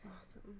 Awesome